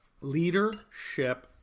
Leadership